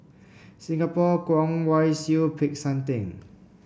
Singapore Kwong Wai Siew Peck San Theng